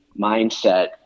mindset